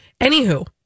Anywho